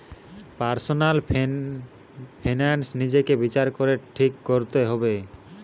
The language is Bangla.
পার্সনাল ফিনান্স নিজেকে বিচার করে ঠিক কোরতে হবে